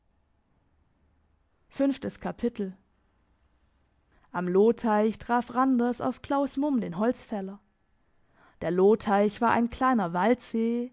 am lohteich traf randers auf claus mumm den holzfäller der lohteich war ein kleiner waldsee